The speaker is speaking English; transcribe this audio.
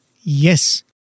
yes